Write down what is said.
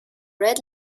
red